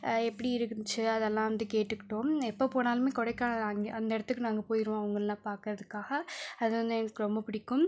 எப்படி இருந்துச்சு அதை எல்லாம் வந்து கேட்டுக்கிட்டோம் எப்போது போனாலுமே கொடைக்கானல் அந்த இடத்துக்கு நாங்கள் போயிடுவோம் அவங்களையெல்லாம் பார்க்கறத்துக்காக அது வந்து எனக்கு ரொம்ப பிடிக்கும்